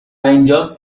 اینجاست